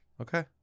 Okay